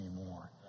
anymore